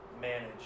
manage